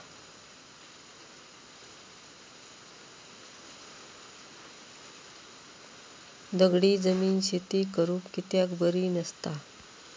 दगडी जमीन शेती करुक कित्याक बरी नसता?